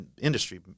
industry